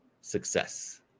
success